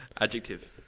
Adjective